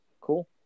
cool